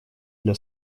для